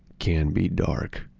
can be dark.